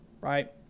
right